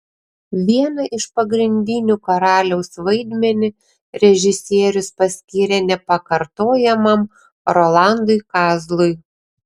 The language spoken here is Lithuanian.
vieną iš pagrindinių karaliaus vaidmenį režisierius paskyrė nepakartojamam rolandui kazlui